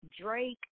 Drake